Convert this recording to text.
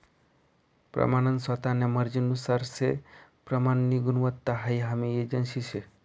प्रमानन स्वतान्या मर्जीनुसार से प्रमाननी गुणवत्ता हाई हमी एजन्सी शे